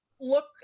look